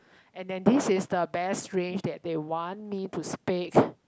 and then this is the best range that they want me to speak